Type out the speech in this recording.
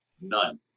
None